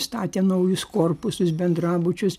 statė naujus korpusus bendrabučius